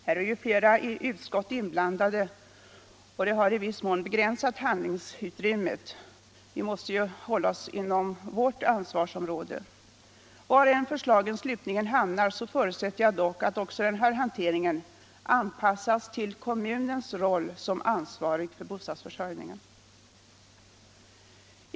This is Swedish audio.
Här är ju flera utskott inblandade, och det har i viss mån begränsat handlingsutrymmet — vi måste hålla oss inom vårt ansvarsområde. Var än förslagen slutligen hamnar, förutsätter jag dock att även den här hanteringen anpassas till kommunens roll som ansvarig för bostadsförsörjningen.